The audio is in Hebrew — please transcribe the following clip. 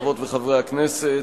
חברות וחברי הכנסת,